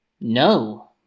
No